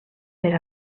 per